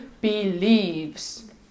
believes